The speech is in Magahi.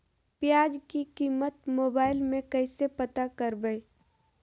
प्याज की कीमत मोबाइल में कैसे पता करबै?